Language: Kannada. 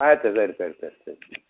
ಆಯಿತು ಸರಿ ಸರಿ ಸರಿ ಸರಿ